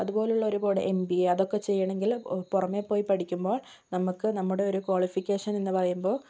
അതുപോലെ ഉള്ള ഒരുപാട് എം ബി എ ഒക്കെ ചെയ്യണമെങ്കിൽ പുറമെ പോയി പഠിക്കുബോൾ നമുക്ക് നമ്മുടെ ഒരു ക്വാളിഫിക്കേഷൻ എന്ന് പറയുമ്പോൾ